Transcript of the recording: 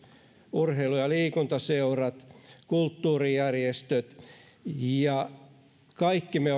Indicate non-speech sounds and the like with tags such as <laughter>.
urheilu ja liikuntaseurat kulttuurijärjestöt oikeastaan kaikki me <unintelligible>